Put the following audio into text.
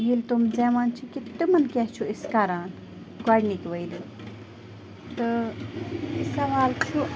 ییٚلہِ تِم زٮ۪وان چھِ کہِ تِمَن کیٛاہ چھُ أسۍ کران گۄڈٕنِکۍ ؤرِی تہٕ یہِ سوال چھُ